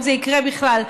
אם זה יקרה בכלל,